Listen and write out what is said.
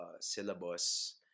syllabus